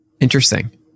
Interesting